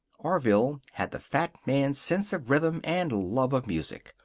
orville had the fat man's sense of rhythm and love of music.